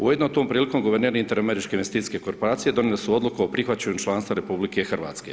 Ujedno, tom prilikom guverner Inter-Američke investicijske korporacije donijeli su odluku o prihvaćanju članstva RH.